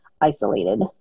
isolated